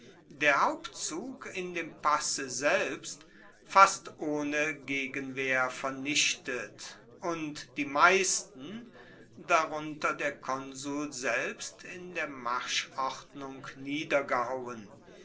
der hauptzug in dem passe selbst fast ohne gegenwehr vernichtet und die meisten darunter der konsul selbst in der